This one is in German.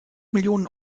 millionen